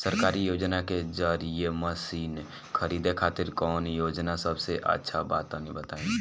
सरकारी योजना के जरिए मशीन खरीदे खातिर कौन योजना सबसे अच्छा बा तनि बताई?